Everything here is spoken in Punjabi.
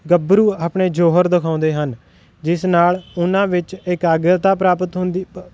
ਗੱਭਰੂ ਆਪਣੇ ਜੌਹਰ ਦਿਖਾਉਂਦੇ ਹਨ ਜਿਸ ਨਾਲ ਉਹਨਾਂ ਵਿੱਚ ਇਕਾਗਰਤਾ ਪ੍ਰਾਪਤ ਹੁੰਦੀ ਪ